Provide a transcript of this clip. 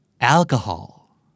Alcohol